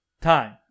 time